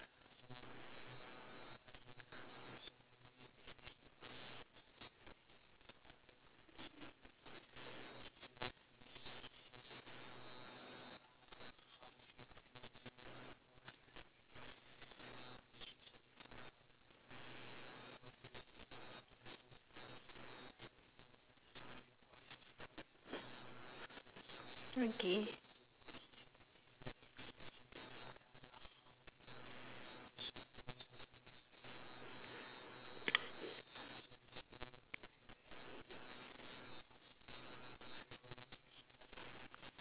okay